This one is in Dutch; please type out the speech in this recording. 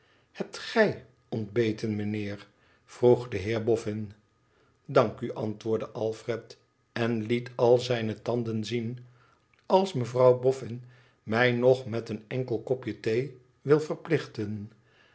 hebt gij ontbeten mijnheer vroeg de heer boffin dank u antwoordde alfred en liet al zijne tanden zien als mevrouw boffin mij nog met een enkel kopje thee wil verplichten